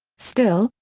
still,